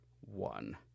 one